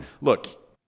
look